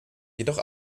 jedoch